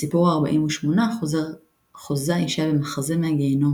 בסיפור הארבעים ושמונה חוזה אישה במחזה מהגיהנום,